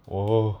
oh